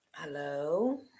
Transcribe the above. Hello